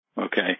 okay